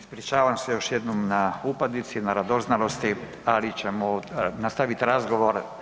Ispričavam se još jednom na upadici, na radoznalosti ali ćemo nastaviti razgovor.